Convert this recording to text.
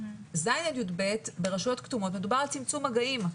ב-ז' עד י"ב ברשויות כתומות מדובר על צמצום מגעים,